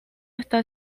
está